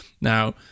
Now